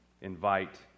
invite